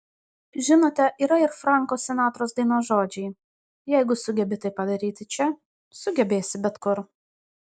žinote yra ir franko sinatros dainos žodžiai jeigu sugebi tai padaryti čia sugebėsi bet kur